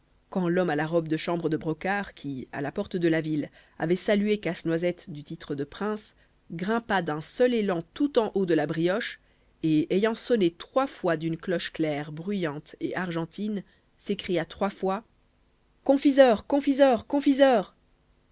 quand l'homme à la robe de chambre de brocart qui à la porte de la ville avait salué casse-noisette du titre de prince grimpa d'un seul élan tout en haut de la brioche et ayant sonné trois fois d'une cloche claire bruyante et argentine s'écria trois fois confiseur confiseur confiseur